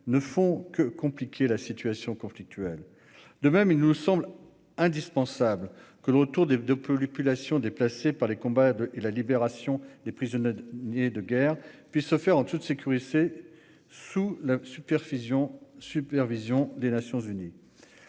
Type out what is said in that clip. ne font que compliquer la situation, déjà conflictuelle. De même, il nous semble indispensable que le retour des populations déplacées par les combats et la libération des prisonniers de guerre puissent se faire en toute sécurité sous la supervision des Nations unies.